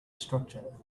structure